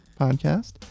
podcast